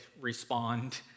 respond